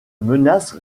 menace